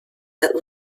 that